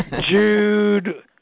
Jude